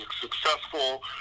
successful